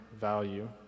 value